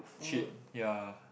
cheap ya